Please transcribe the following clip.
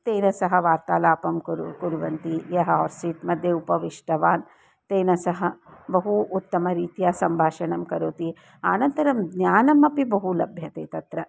तेन सह वार्तालापं कुरु कुर्वन्ति यः हार्सीट्मध्ये उपविष्टवान् तेन सह बहु उत्तमरीत्या सम्भाषणं करोति अनन्तरं ज्ञानमपि बहु लभ्यते तत्र